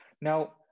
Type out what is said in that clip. Now